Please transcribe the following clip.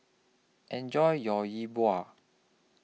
Enjoy your Yi Bua